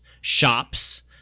shops